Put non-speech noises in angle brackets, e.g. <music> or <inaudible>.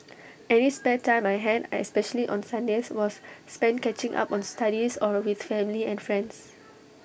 <noise> any spare time I had especially on Sundays was spent catching up on studies or with family and friends